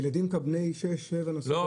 גם ילדים בני שש, שבע, נוסעים.